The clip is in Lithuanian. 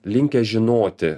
linkę žinoti